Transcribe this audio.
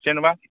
जेन'बा